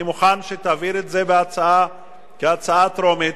אני מוכן שתעביר את זה כהצעה טרומית